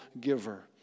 giver